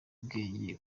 ubwenge